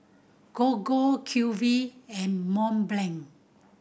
Gogo Q V and Mont Blanc